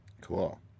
Cool